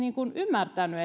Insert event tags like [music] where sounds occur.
ymmärtänyt [unintelligible]